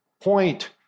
point